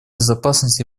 безопасности